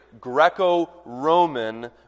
Greco-Roman